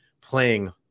Playing